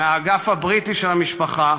מהאגף הבריטי של המשפחה,